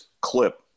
clip